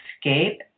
escape